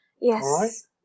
yes